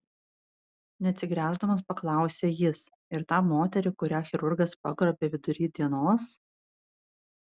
neatsigręždamas paklausė jis ir tą moterį kurią chirurgas pagrobė vidury dienos